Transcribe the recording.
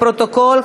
לפרוטוקול,